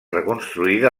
reconstruïda